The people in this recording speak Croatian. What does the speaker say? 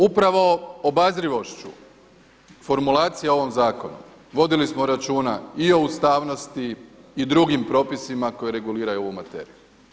Upravo obazrivošću formulacija u ovom zakonu vodili smo računa i o ustavnosti i drugim propisima koji reguliraju ovu materiju.